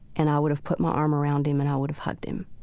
and i would have put my arm around him, and i would have hugged him.